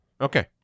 Okay